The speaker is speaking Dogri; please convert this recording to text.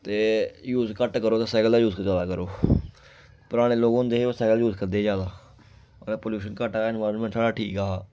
ते यूज घट्ट करो ते सैकल दा यूज ज्यादा करो पराने लोक होंदे हे ओह् सैकल यूज करदे हे ज्यादा अगर पलूशन घट्ट हा इनवायरनमेंट साढ़ा ठीक हा